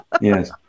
Yes